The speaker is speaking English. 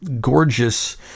gorgeous